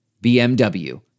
BMW